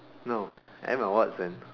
no Emma Watson